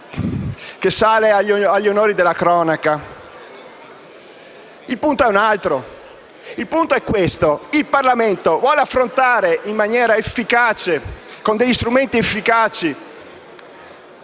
che sale agli onori della cronaca. Il punto è un altro: il Parlamento vuole affrontare in maniera efficace e con strumenti efficaci